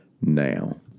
now